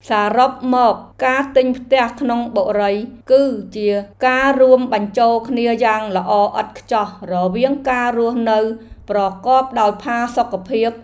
សរុបមកការទិញផ្ទះក្នុងបុរីគឺជាការរួមបញ្ចូលគ្នាយ៉ាងល្អឥតខ្ចោះរវាងការរស់នៅប្រកបដោយផាសុកភាព។